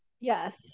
Yes